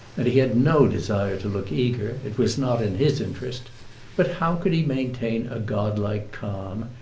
and he had no desire to look eager it was not in his interest but how could he maintain a godlike calm,